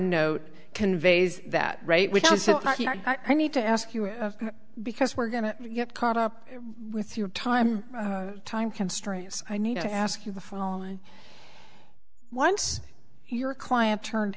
note conveys that right when i need to ask you because we're going to get caught up with your time time constraints i need to ask you the following once your client turned